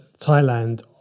Thailand